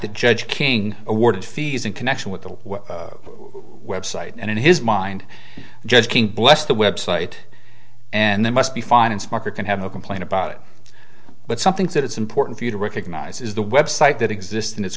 that judge king awarded fees in connection with the website and in his mind judge king bless the website and they must be fine and smoker can have a complaint about it but some think that it's important for you to recognize is the website that exists in